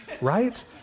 right